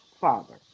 father